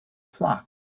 flock